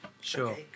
Sure